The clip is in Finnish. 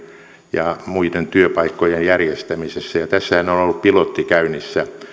ja muiden työpaikkojen järjestämisessä tässähän on on ollut pilotti käynnissä